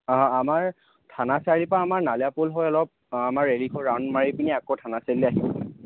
অঁ আমাৰ থানা চাৰিআলিপৰা আমাৰ নালিয়াপুল হৈ অলপ আমাৰ ৰেলীটো ৰাউণ্ড মাৰি পেনি আকৌ থানা চাৰিআলিলৈ আহিব